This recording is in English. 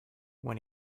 when